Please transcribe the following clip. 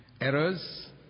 Errors